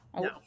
No